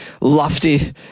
lofty